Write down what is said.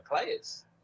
players